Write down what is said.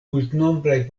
multnombraj